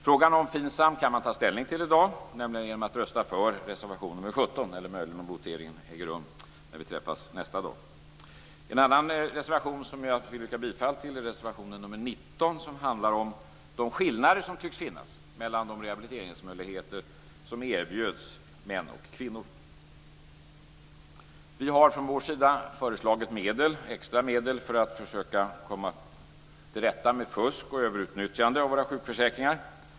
Frågan om FINSAM kan man ta ställning till i dag, nämligen genom att rösta för reservation nr 17, eller i morgon om det möjligen är då som voteringen äger rum. En annan reservation som jag vill yrka bifall till är reservationen nr 19, som handlar om de skillnader som tycks finnas mellan de rehabiliteringsmöjligheter som erbjuds män och kvinnor. Vi har från vår sida föreslagit extra medel för att försöka komma till rätta med fusk i och överutnyttjande av våra sjukförsäkringar.